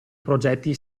progetti